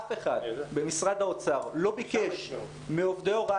אף אחד במשרד האוצר לא ביקש מעובדי הוראה